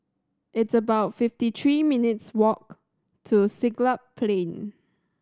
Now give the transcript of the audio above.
it's about fifty three minutes' walk to Siglap Plain